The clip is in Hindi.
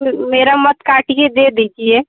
फिर मेरा मत काटिए दे दीजिए